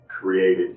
created